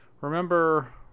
remember